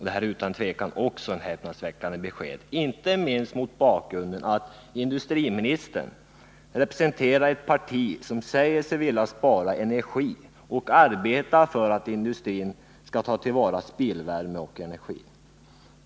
Det är också ett häpnadsväckande besked, inte minst mot bakgrund av att industriministern representerar ett parti som säger sig vilja spara energi och arbeta för att industrin skall ta till vara spillvärme och energi.